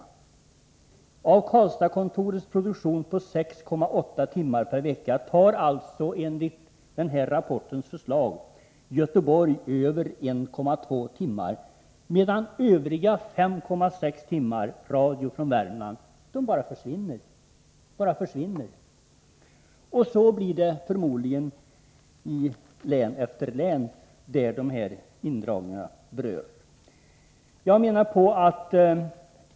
Av Karlstadskontorets produktion på 6,8 timmar per vecka skall alltså, enligt utredningens förslag, Göteborgskontoret överta 1,2 timmar medan övriga 5,6 timmar radio från Värmland bara försvinner. De bara försvinner! é Så blir effekterna förmodligen i län efter län som kommer att beröras av indragningarna.